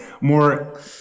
more